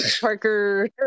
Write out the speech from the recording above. Parker